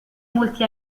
molti